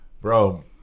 bro